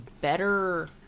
better